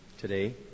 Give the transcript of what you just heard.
today